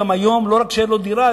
היום לא רק שאין לו דירה,